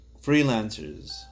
freelancers